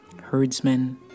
herdsmen